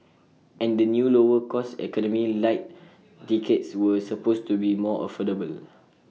and the new lower cost economy Lite tickets were supposed to be more affordable